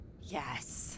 Yes